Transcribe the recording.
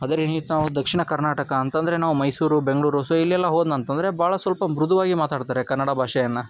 ಅದೇ ರೀತಿ ನಾವು ದಕ್ಷಿಣ ಕರ್ನಾಟಕ ಅಂತಂದರೆ ನಾವು ಮೈಸೂರು ಬೆಂಗಳೂರು ಸೊ ಇಲ್ಲೆಲ್ಲ ಹೋದೆನಂತಂದ್ರೆ ಭಾಳ ಸ್ವಲ್ಪ ಮೃದುವಾಗೇ ಮಾತಾಡ್ತಾರೆ ಕನ್ನಡ ಭಾಷೆಯನ್ನು